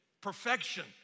perfection